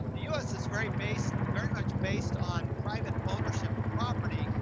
the u s is very based, very much based on private ownership of property,